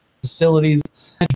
facilities